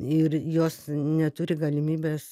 ir jos neturi galimybės